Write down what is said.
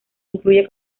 incluye